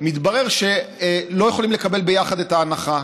מתברר שהם לא יכולים לקבל ביחד את ההנחה,